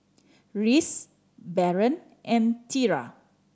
Reece Baron and Tierra